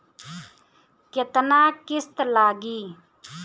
केतना किस्त लागी?